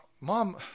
Mom